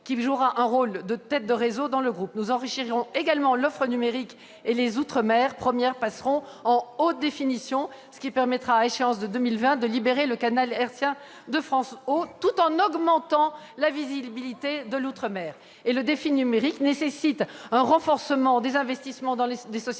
qui joueront un rôle de tête de réseau dans le groupe. Nous enrichirons également l'offre numérique, et les outre-mer passeront en haute définition, ce qui permettra, à l'échéance de 2020, de libérer le canal hertzien de France Ô, tout en augmentant la visibilité des outre-mer. Le défi numérique nécessite un renforcement des investissements des sociétés